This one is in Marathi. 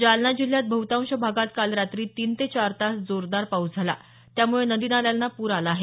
जालना जिल्ह्यात बहुतांश भागात काल रात्री तीन ते चार तास जोरदार पाऊस झाला त्यामुळे नदी नाल्याना पूर आला आहे